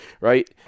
Right